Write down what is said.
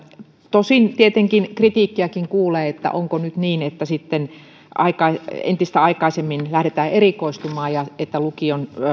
tosin tietenkin kritiikkiäkin kuulee että onko nyt niin että sitten entistä aikaisemmin lähdetään erikoistumaan ja että lukion